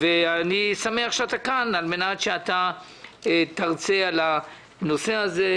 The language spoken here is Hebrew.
אני שמח שאתה כאן על מנת שאתה תרצה על הנושא הזה,